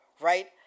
right